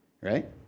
right